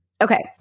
Okay